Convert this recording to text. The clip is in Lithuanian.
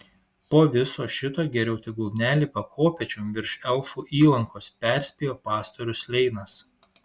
po viso šito geriau tegul nelipa kopėčiom virš elfų įlankos perspėjo pastorius leinas